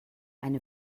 eine